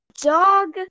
dog